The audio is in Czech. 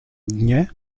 dně